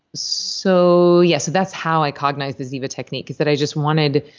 so yeah so that's how i cognized the ziva technique, is that i just wanted,